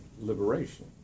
liberation